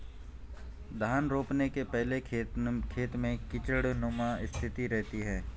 धान रोपने के पहले खेत में कीचड़नुमा स्थिति रहती है